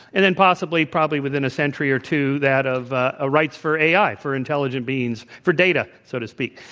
and then possibly, probably within a century or two, that of ah ah rights for ai for intelligent beings for data, so to speak.